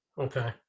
Okay